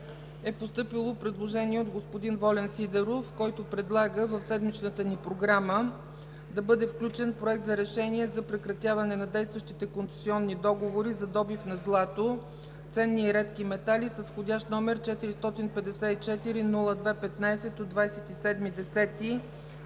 е постъпило предложение от господин Волен Сидеров, който предлага в седмичната ни програма да бъде включен Проект за решение за прекратяване действащите концесионни договори за добив на злато, ценни и редки метали с вх. № 454-02-15